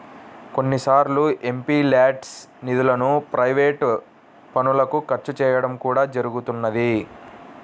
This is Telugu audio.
కొన్నిసార్లు ఎంపీల్యాడ్స్ నిధులను ప్రైవేట్ పనులకు ఖర్చు చేయడం కూడా జరుగుతున్నది